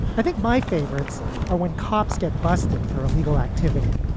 i think my favorites are when cops get busted for illegal activity.